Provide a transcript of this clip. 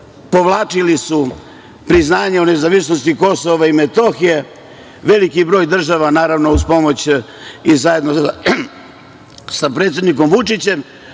povlačili su priznanja o nezavisnosti Kosova i Metohije, veliki broj država, naravno, uz pomoć i zajedno sa predsednikom Vučićem.